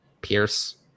Pierce